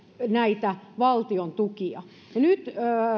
näitä valtion tukia nyt